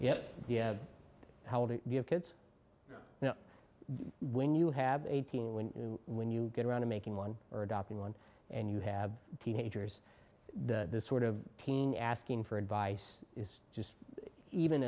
about yeah how do you have kids now when you have eighteen when when you get around to making one or adopting one and you have teenagers the sort of teen asking for advice is just even